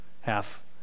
half